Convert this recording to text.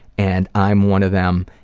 and i'm one of them.